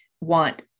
want